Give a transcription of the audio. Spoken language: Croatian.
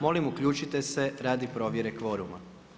Molim uključite se radi provjere kvoruma.